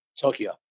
Tokyo